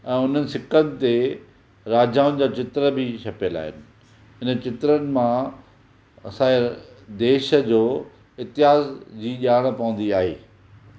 ऐं हुननि सिकनि ते राजाउनि जा चित्र बि छपियल आहिनि इन चित्रनि मां असांजे देश जो इतिहासु जी ॼाण पवंदी आहे